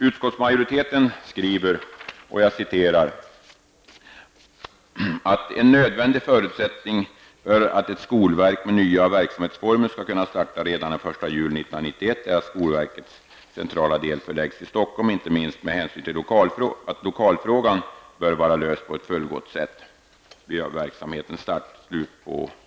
Utskottsmajoriteten skriver: ''En nödvändig förutsättning för att ett skolverk med nya verksamhetsformer skall kunna starta redan den 1 juli 1991 är att skolverkets centrala del förläggs till Stockholm, inte minst med hänsyn till att lokalfrågan bör vara löst på ett fullgott sätt vid verksamhetens start.''